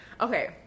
okay